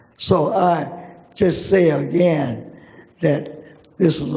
so i just say again that this is a